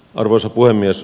arvoisa puhemies